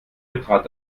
betrat